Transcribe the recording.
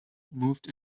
moved